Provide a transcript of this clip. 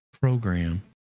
program